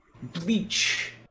Bleach